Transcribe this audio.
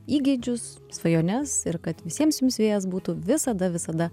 įgeidžius svajones ir kad visiems jums vėjas būtų visada visada